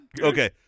Okay